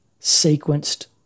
sequenced